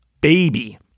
baby